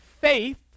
faith